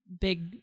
big